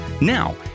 Now